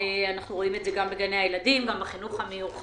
אנחנו רואים את זה גם בגני הילדים וגם בחינוך המיוחד.